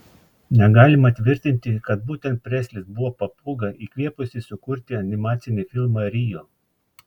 negalima tvirtinti kad būtent preslis buvo papūga įkvėpusi sukurti animacinį filmą rio